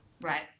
Right